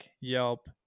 Yelp